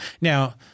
Now